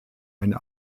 eine